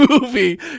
movie